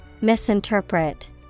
Misinterpret